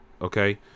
okay